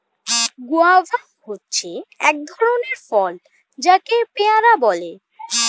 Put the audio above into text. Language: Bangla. গুয়াভা হচ্ছে এক ধরণের ফল যাকে পেয়ারা বলে